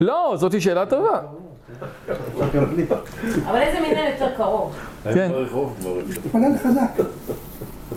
לא, זאתי שאלה טובה. אבל איזה מין אל יותר קרוב. כן